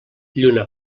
lluna